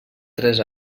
tres